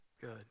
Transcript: good